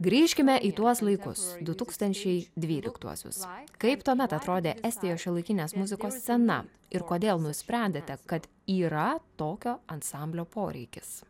grįžkime į tuos laikus du tūkstančiai dvyliktuosius kaip tuomet atrodė estijos šiuolaikinės muzikos scena ir kodėl nusprendėte kad yra tokio ansamblio poreikis